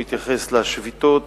הוא התייחס לשביתות,